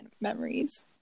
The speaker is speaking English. memories